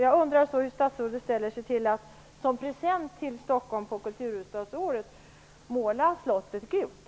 Jag undrar så hur statsrådet ställer sig till att som present till Stockholm till kulturhuvudstadsåret måla Slottet gult.